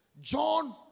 John